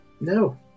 No